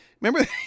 Remember